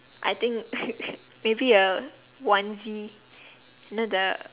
I think maybe a onesie know the